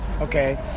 okay